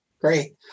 Great